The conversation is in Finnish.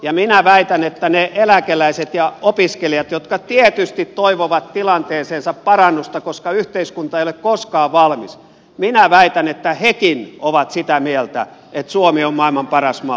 ja minä väitän että nekin eläkeläiset ja opiskelijat jotka tietysti toivovat tilanteeseensa parannusta koska yhteiskunta ei ole koskaan valmis ovat sitä mieltä että suomi on maailman paras maa